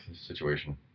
situation